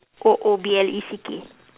O O B L E C K